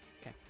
Okay